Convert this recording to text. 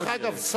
אגב,